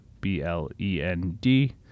B-L-E-N-D